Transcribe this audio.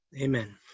Amen